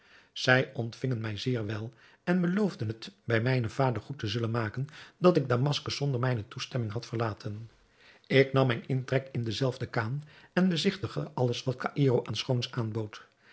zij ontvingen mij zeer wel en beloofden het bij mijnen vader goed te zullen maken dat ik damaskus zonder zijne toestemming had verlaten ik nam mijn intrek in de zelfde khan en bezigtigde alles wat caïro aan schoons aanbood